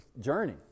journey